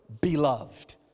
beloved